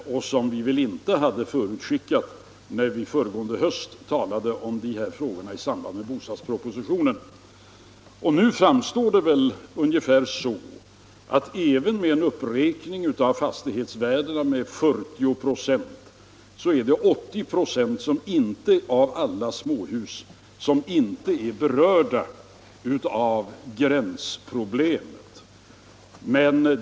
Vi hade väl inte förutskickat en sådan höjning vid samtalen om dessa frågor i höstas i anslutning till bostadspropositionen. Men även vid en uppräkning av fastighetsvärdena med 40 96 visar det sig att 80 26 av alla småhus inte berörs av gränsproblemet.